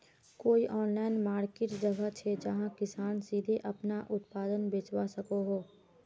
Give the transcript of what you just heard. कोई online market जगह छे जहाँ किसान सीधे अपना उत्पाद बचवा सको हो?